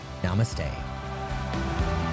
namaste